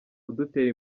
kudutera